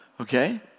Okay